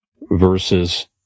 versus